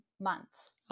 months